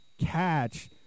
catch